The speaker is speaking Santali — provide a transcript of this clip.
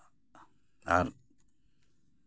ᱟᱨ